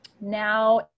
now